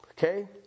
Okay